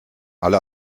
alle